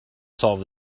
solve